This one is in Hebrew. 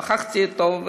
שוחחתי איתו,